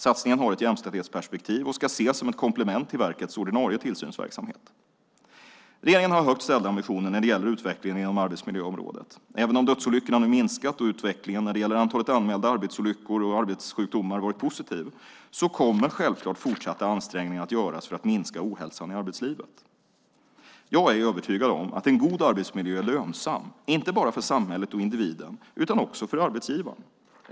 Satsningen har ett jämställdhetsperspektiv och ska ses som ett komplement till verkets ordinarie tillsynsverksamhet. Regeringen har höga ambitioner när det gäller utvecklingen inom arbetsmiljöområdet. Även om antalet dödsolyckor nu minskat och utvecklingen när det gäller antalet anmälda arbetsolyckor och arbetssjukdomar varit positiv kommer självklart fortsatta ansträngningar att göras för att minska ohälsan i arbetslivet. Jag är övertygad om att en god arbetsmiljö är lönsam inte bara för samhället och individen utan också för arbetsgivaren.